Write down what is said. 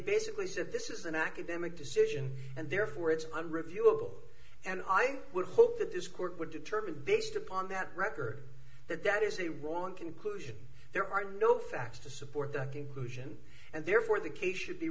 basically said this is an academic decision and therefore it's unreviewable and i would hope that this court would determine based upon that record that that is a wrong conclusion there are no facts to support that conclusion and therefore the case should be